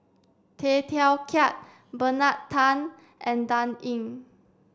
Tay Teow Kiat Bernard Tan and Dan Ying